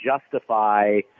justify